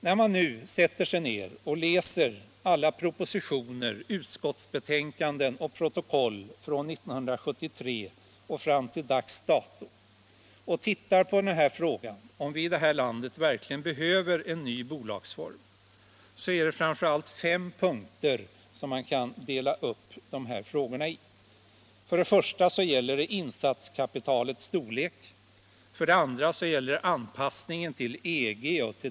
När man nu sätter sig ner och läser alla propositioner, utskottsbetänkanden och protokoll från 1973 fram till dags dato och ser på frågan om vi i det här landet verkligen behöver en ny bolagsform, är det framför allt fem punkter man kan dela upp frågeställningen i.